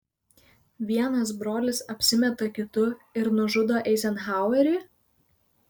vienas brolis apsimeta kitu ir nužudo eizenhauerį